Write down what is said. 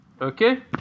Okay